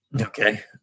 Okay